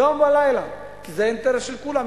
יום ולילה, כי זה היה האינטרס של כולם.